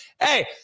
Hey